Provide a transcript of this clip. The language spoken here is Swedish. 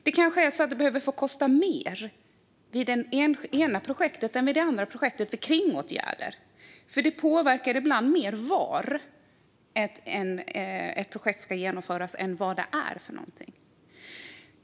Det kanske är så att det ena projektet behöver få kosta mer än det andra på grund av kringåtgärder, för ibland påverkar var ett projekt ska genomföras mer än vad det är som ska göras.